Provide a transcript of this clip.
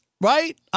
right